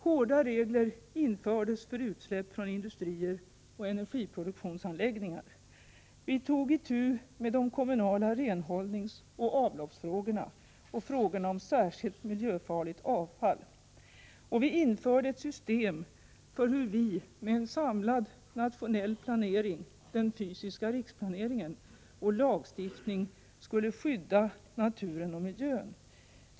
Hårda regler infördes för utsläpp från industrier och energiproduktionsanläggningar. Vi tog itu med de kommunala renhållningsoch avloppsfrågorna och frågorna om särskilt miljöfarligt avfall. Och vi införde ett system för hur vi med en samlad nationell planering och lagstiftning skulle skydda naturen och miljön.